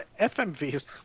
FMVs